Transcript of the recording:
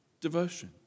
devotion